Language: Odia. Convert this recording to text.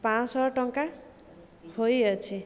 ପାଞ୍ଚଶହ ଟଙ୍କା ହୋଇଅଛି